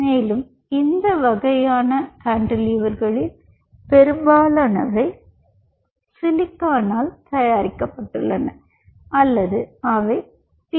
மேலும் இந்த வகையான கான்டிலீவர்களில் பெரும்பாலானவை சிலிக்கானால் தயாரிக்கப்படுகின்றன அல்லது அவை பி